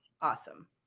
awesome